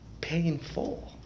painful